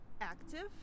active